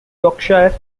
yorkshire